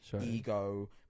ego